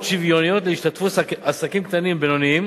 שוויוניות להשתתפות עסקים קטנים ובינוניים